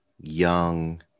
young